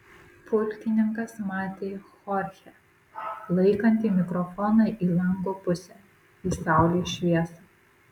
pulkininkas matė chorchę laikantį mikrofoną į lango pusę į saulės šviesą